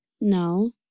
No